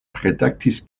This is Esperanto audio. redaktis